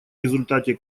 результате